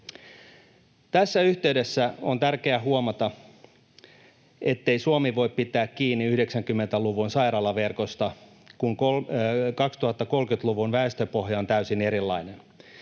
Tässä yhteydessä on tärkeää huomata, ettei Suomi voi pitää kiinni 90-luvun sairaalaverkosta, kun 2030-luvun väestöpohja on täysin erilainen.